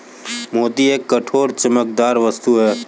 मोती एक कठोर, चमकदार वस्तु है